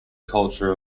culture